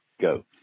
go